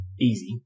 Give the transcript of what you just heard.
easy